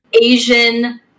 Asian